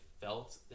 felt